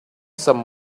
some